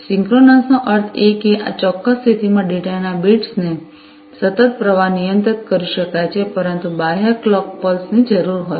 synchronous નો અર્થ એ કે આ ચોક્કસ સ્થિતિમાં ડેટાના બીટ્સનો સતત પ્રવાહ નિયંત્રિત કરી શકાય છે પરંતુ બાહ્ય ક્લોક પલ્સ ની જરૂર હોય છે